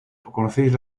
conocéis